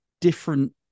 different